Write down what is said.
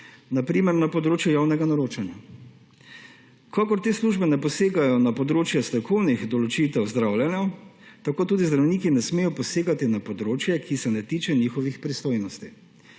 na primer na področju javnega naročanja. Kakor te službe ne posegajo na področje strokovnih določitev zdravljenja, tako tudi zdravniki ne smejo posegati na področje, ki se ne tiče njihovih pristojnosti.